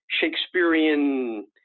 Shakespearean